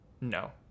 no